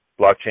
blockchain